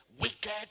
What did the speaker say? Wicked